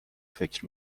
فکر